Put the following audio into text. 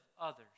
others